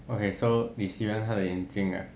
okay so 你喜欢他的眼睛 ah